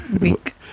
week